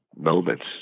moments